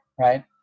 Right